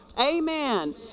Amen